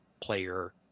player